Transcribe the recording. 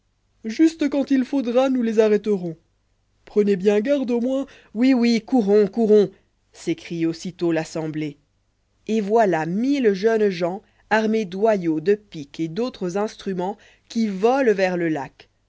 juste quand il faudra nous les arrêterons prenez bien garde au moins oui oui courons courons s'écrie aussitôt rassemblée et voilà mille jeunes gens lba fables s armés d'hoj aux de pics et d'autres insuninerits qui volent vers le lac